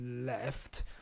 left